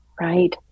right